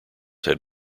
had